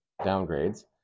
downgrades